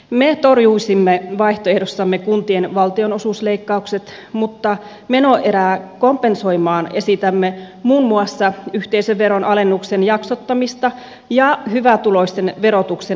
me torjuisimme vaihtoehdossamme kuntien valtionosuusleikkaukset mutta menoerää kompensoimaan esitämme muun muassa yhteisöveron alennuksen jaksottamista ja hyvätuloisten verotuksen tarkistamista